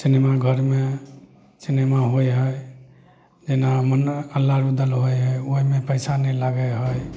सिनेमाघरमे cinema होइ हइ जेना मन्ना आल्हा उदल होइ हइ ओहिमे पइसा नहि लागै हइ